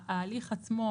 ההליך עצמו,